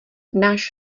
náš